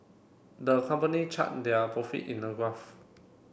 the company chart their profit in a graph